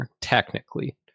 technically